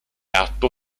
atto